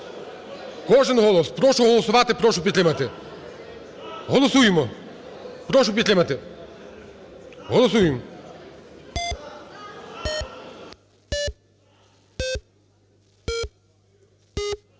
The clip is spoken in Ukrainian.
кожен голос. Прошу голосувати, прошу підтримати. Голосуємо. Прошу підтримати. Голосуємо.